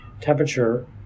temperature